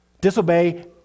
Disobey